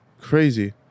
Crazy